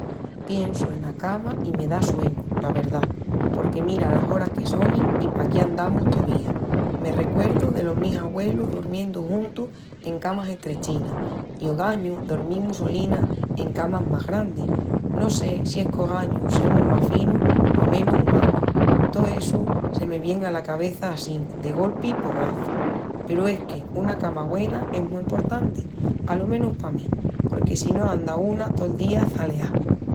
Piensu ena cama i me da sueñu, la verdá, porque mira las oras que sonin i paquí andamus tovía. Me recuerdu delos mis agüelus durmiendu juntus en camas estrechinas i ogañu dormimus solinas en camas más grandis. No sé si es qu'ogañu semus más finus o menus umanus. Tó essu se me vien ala cabeça.assín de golpi i porrazu. Peru es que una cama güena es mu emportanti, alo menus pa mí, porque si no anda una tol día çaleá.